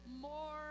more